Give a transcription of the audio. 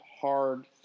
hard